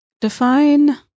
define